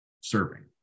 serving